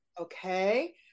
okay